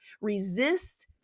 resist